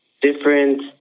different